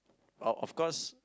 oh of course